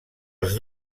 els